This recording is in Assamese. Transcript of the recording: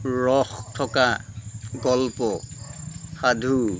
ৰস থকা গল্প সাধু